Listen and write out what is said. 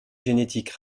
génétique